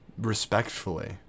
respectfully